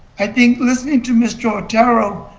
i think listening to mr. otero,